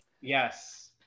Yes